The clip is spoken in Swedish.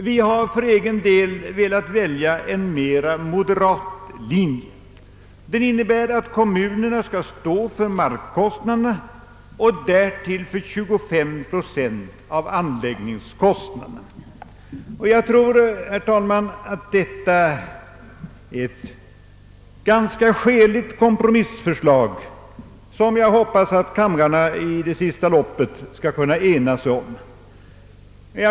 Vi har för egen del velat välja en mera moderat linje. Den innebär att kommunerna skall stå för markkostnaderna och därtill för 25 procent av anläggningskostnaderna. Jag tror, herr talman, att detta är ett ganska skäligt kompromissförslag, som jag hoppas att kamrarna skall kunna enas om.